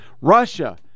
Russia